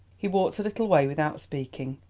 he walked a little way without speaking,